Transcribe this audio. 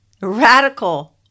radical